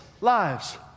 lives